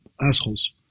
assholes